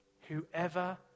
Whoever